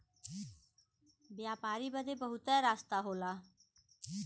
व्यापारी बदे बहुते रस्ता होला